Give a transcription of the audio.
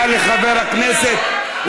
תודה לחבר הכנסת.